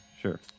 sure